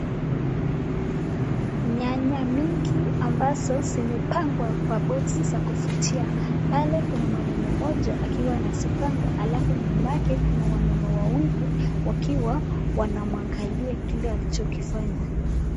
Nyanya mingi ambazo zimepangwa kwa boksi za kuvutia, pale kuna mwanaume moja akiwa anazipanga alafu nyuma yake kuna wanaume wawili wakiwa wanamwangalia kili alichokifanya.